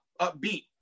upbeat